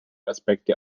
aspekte